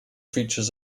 features